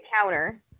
counter